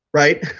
right?